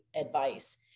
advice